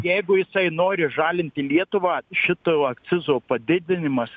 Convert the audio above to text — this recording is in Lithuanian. jeigu jisai nori žalinti lietuvą šito akcizo padidinimas